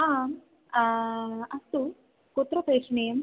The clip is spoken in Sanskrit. आम् अस्तु कुत्र प्रेषणीयम्